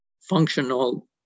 functional